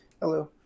Hello